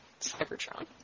Cybertron